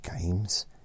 Games